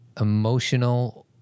emotional